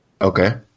Okay